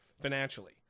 financially